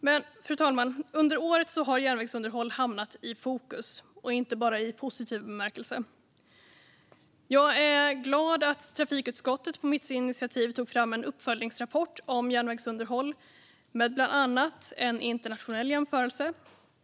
Men, fru talman, under året har järnvägsunderhåll hamnat i fokus, inte bara i positiv bemärkelse. Jag är glad att trafikutskottet på mitt initiativ tog fram en uppföljningsrapport om järnvägsunderhåll med bland annat en internationell jämförelse.